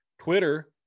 Twitter